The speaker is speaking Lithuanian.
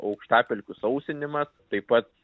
aukštapelkių sausinimas taip pat